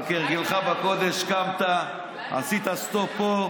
אבל כהרגלך בקודש, קמת, עשית סטופ פה,